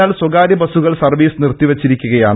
എന്നാൽ സ്ഥകാര്യ ബസുകൾ സർവീസ് നിർത്തി വെച്ചിരിക്കുകയാണ്